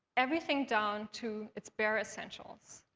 everything down to its bare essentials.